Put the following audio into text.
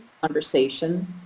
conversation